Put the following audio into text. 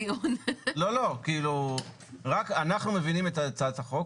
אנחנו מבינים את הצעת החוק,